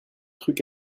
trucs